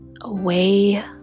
Away